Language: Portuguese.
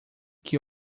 que